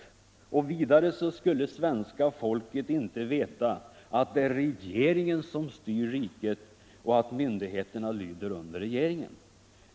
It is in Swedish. Vidare skulle svenska folket inte veta att det är regeringen som styr riket och att myndigheterna lyder under regeringen.